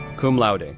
cum laude,